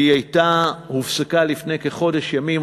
היא הייתה והופסקה לפני כחודש ימים.